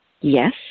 yes